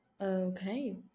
Okay